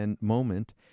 moment